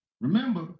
remember